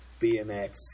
BMX